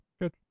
Good